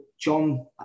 John